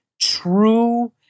true